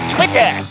Twitter